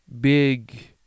big